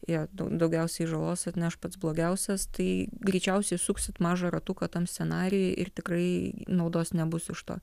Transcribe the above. jo dau daugiausiai žalos atneš pats blogiausias tai greičiausiai suksit mažą ratuką tam scenarijuj ir tikrai naudos nebus iš to